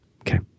okay